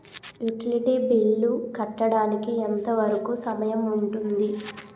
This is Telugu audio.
యుటిలిటీ బిల్లు కట్టడానికి ఎంత వరుకు సమయం ఉంటుంది?